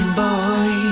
boy